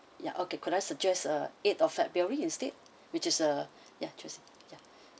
ya okay could I suggest uh eight of february instead which is a ya just